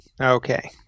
Okay